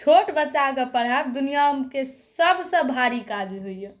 छोट बच्चाके पढ़ाएब दुनियाके सबसँ भारी काज होइए